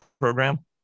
program